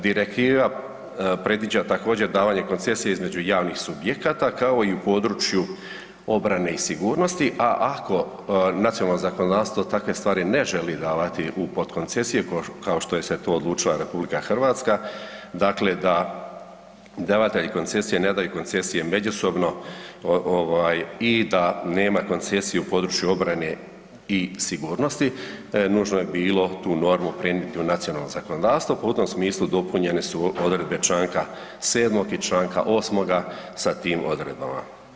Direktiva predviđa također, davanje koncesije između javnih subjekata kao i u području obrane i sigurnosti, a ako nacionalno zakonodavstvo takve stvari ne želi davati u potkoncesije, kao što je se to odlučila RH, dakle, da davatelji koncesije ne daju koncesije međusobno i da nema koncesije u području obrane i sigurnosti, nužno je bilo tu normu prenijeti u nacionalno zakonodavstvo pa u tom smislu dopunjene su odredbe čl. 7. i čl. 8. sa tim odredbama.